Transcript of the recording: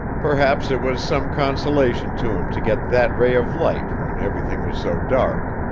perhaps it was some consolation to him to get that ray of light when everything was so dark.